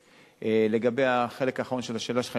3. לגבי החלק האחרון של השאלה שלך,